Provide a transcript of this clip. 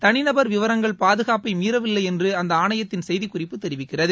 தனிநபர் விவரங்கள் பாதுகாப்பை மீறவில்லை என்று அந்த ஆணையத்தின் செய்திக்குறிப்பு தெரிவிக்கிறது